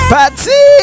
Patsy